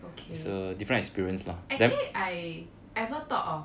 okay actually I ever thought of